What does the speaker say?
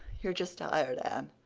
you're just tired, anne.